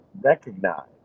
recognize